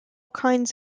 kinds